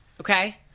Okay